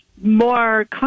more